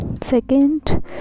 Second